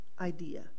idea